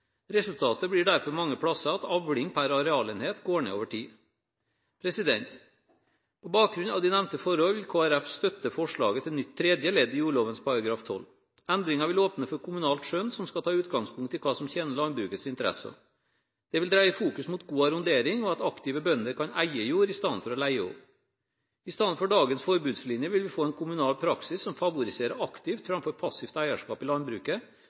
Resultatet blir derfor mange steder at avling per arealenhet går ned over tid. På bakgrunn av de nevnte forhold vil Kristelig Folkeparti støtte forslaget til nytt tredje ledd i jordloven § 12. Endringen vil åpne for kommunalt skjønn som skal ta utgangspunkt i hva som tjener landbrukets interesser. Det vil dreie fokus mot god arrondering og at aktive bønder kan eie jord i stedet for å leie den. I stedet for dagens forbudslinje vil vi få en kommunal praksis som favoriserer aktivt framfor passivt eierskap i landbruket,